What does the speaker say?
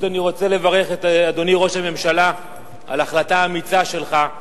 פשוט אני רוצה לברך את אדוני ראש הממשלה על ההחלטה האמיצה שלך,